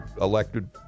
elected